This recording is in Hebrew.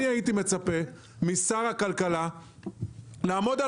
אני הייתי מצפה משר הכלכלה לעמוד על